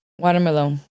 watermelon